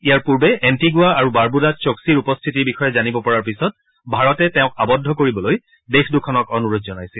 ইয়াৰ পূৰ্বে এণ্টিগুৱা আৰু বাৰ্বুদাত চক্ছিৰ উপশ্থিতিৰ বিষয়ে জানিব পৰাৰ পিছত ভাৰতে তেওঁক আৱদ্ধ কৰিবলৈ দেশ দুখনক অনুৰোধ জনাইছিল